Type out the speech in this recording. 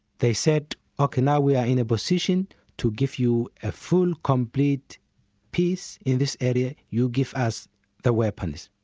they said ok, now we're in a position to give you a full, complete peace in this area, you give us the weapons.